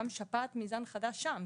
גם שפעת מזן חדש שם,